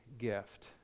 Gift